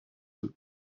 eux